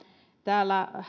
täällä